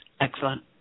excellent